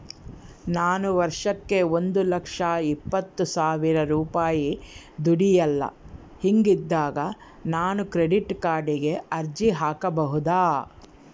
ನಾನು ವರ್ಷಕ್ಕ ಒಂದು ಲಕ್ಷ ಇಪ್ಪತ್ತು ಸಾವಿರ ರೂಪಾಯಿ ದುಡಿಯಲ್ಲ ಹಿಂಗಿದ್ದಾಗ ನಾನು ಕ್ರೆಡಿಟ್ ಕಾರ್ಡಿಗೆ ಅರ್ಜಿ ಹಾಕಬಹುದಾ?